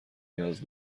نیاز